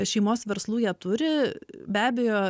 šeimos verslų ją turi be abejo